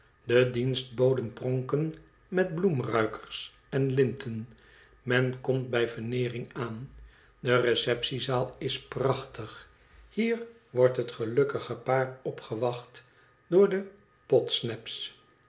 de dienstboden pronken met bloemruikers en linten men komt bij verneering aan de receptiezaal is prachtig hier wordt het gelukkige paar opgewacht door de fodsnaps